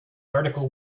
article